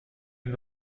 une